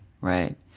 right